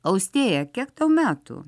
austėja kiek tau metų